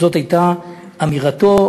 זאת הייתה אמירתו,